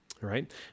right